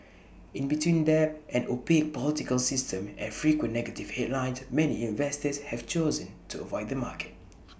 in between debt an opaque political system and frequent negative headlines many investors have chosen to avoid the market